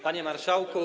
Panie Marszałku!